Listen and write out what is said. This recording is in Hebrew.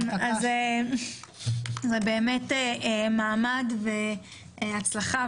אז זה באמת מעמד והצלחה,